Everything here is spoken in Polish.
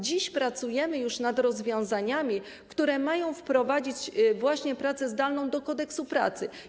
Dziś pracujemy już nad rozwiązaniami, które mają wprowadzić właśnie pracę zdalną do Kodeksu pracy.